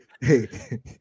hey